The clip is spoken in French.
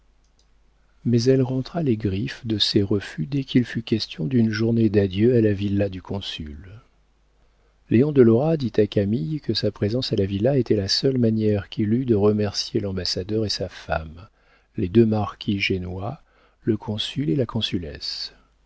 mais elle rentra les griffes de ses refus dès qu'il fut question d'une journée d'adieu à la villa du consul léon de lora dit à camille que sa présence à la villa était la seule manière qu'il eût de remercier l'ambassadeur et sa femme les deux marquis génois le consul et la consulesse